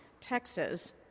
Texas